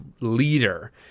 leader